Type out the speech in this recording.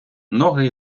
ноги